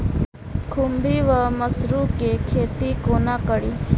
खुम्भी वा मसरू केँ खेती कोना कड़ी?